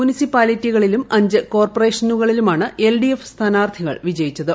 മുനിസിപ്പാലിറ്റികളിലും അഞ്ച് കോർപ്പറേഷനുകളിലുമാണ് എൽഡിഎഫ് സ്ഥാനാർഥികൾ വിജയിച്ചത്